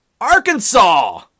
Arkansas